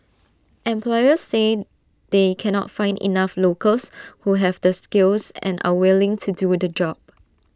employers say they cannot find enough locals who have the skills and are willing to do the jobs